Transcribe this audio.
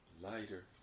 lighter